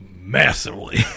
massively